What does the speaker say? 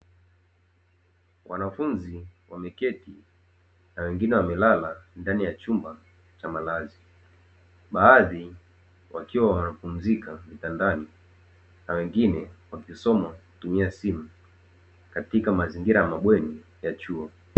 Wanafunzi wameketi na wengine wamelala ndani ya chumba cha malazi, baadhi wakiwa wanapumzika kitandani na wengine wakisoma kwa kutumia simu, katika mazingira ya mabweni ya chuo.